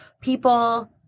people